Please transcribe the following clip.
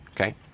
Okay